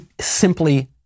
simply